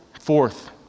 fourth